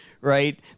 right